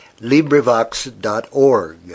LibriVox.org